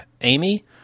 Amy